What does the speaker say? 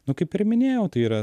nu kaip ir minėjau tai yra